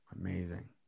Amazing